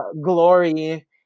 glory